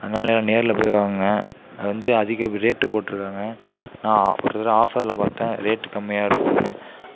அதனால நேரில் போய் வாங்குங்க அது வந்து அதிக ரேட்டு போட்டிருக்காங்க நான் ஒரு தடவை ஆஃபரில் பார்த்தேன் ரேட்டு கம்மியாக இருக்குதுன்னு